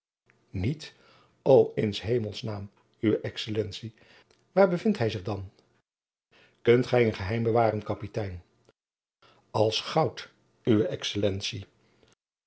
o in s hemels naam uwe excellentie waar bevindt hij zich dan kunt gij een geheim bewaren kapitein als goud uwe excellentie